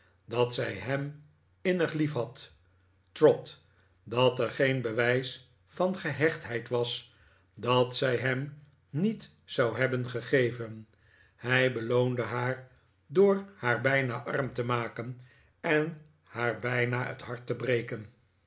dat zij hem innig liefhad trot dat er peen bewijs van gehechtheid was dat zij hem niet zou hebben gegeven hij beloonde haar door haar bijna arm te maken en haar bijna het hart te breken